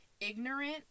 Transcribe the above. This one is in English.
ignorant